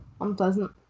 unpleasant